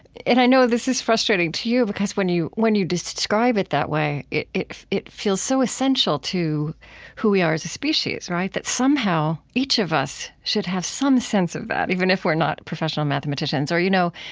and i know this is frustrating to you, because when you, because when you describe it that way, it it feels so essential to who we are as a species, right? that somehow, each of us should have some sense of that, even if we're not professional mathematicians. or, you know,